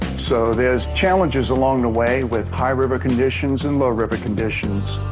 so there's challenges along the way with high river conditions and low river conditions.